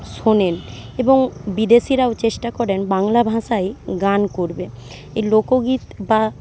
শোনেন এবং বিদেশিরাও চেষ্টা করেন বাংলা ভাষায় গান করবে এই লোকগীত বা